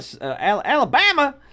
Alabama